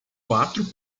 quatro